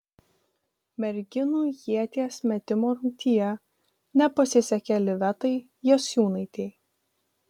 merginų ieties metimo rungtyje nepasisekė livetai jasiūnaitei